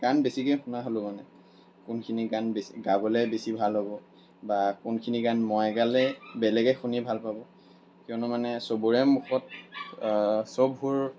গান বেছিকৈ শুনা হ'লোঁ মানে কোনখিনি গান বেছি গাবলৈ বেছি ভাল হ'ব বা কোনখিনি গান মই গালে বেলেগে শুনি ভাল পাব কিয়নো মানে সবৰে মুখত সববোৰ